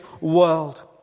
world